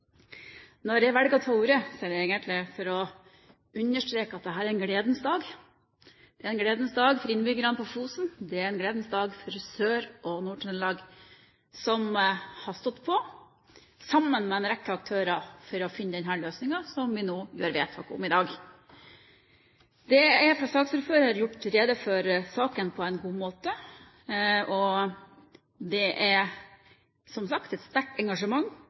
Når jeg velger å ta ordet, er det egentlig for å understreke at dette er en gledens dag. Det er en gledens dag for innbyggerne på Fosen, og det er en gledens dag for Sør- og Nord-Trøndelag, som har stått på sammen med en rekke aktører for å finne den løsningen som vi gjør vedtak om i dag. Det er fra saksordføreren gjort rede for saken på en god måte. Det er, som det er sagt, et sterkt engasjement